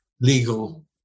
legal